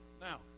Now